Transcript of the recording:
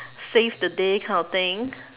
save the day kind of thing